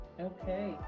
Okay